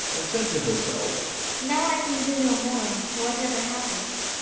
and said to herself now i can do no more, whatever happens.